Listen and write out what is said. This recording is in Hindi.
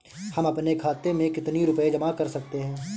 हम अपने खाते में कितनी रूपए जमा कर सकते हैं?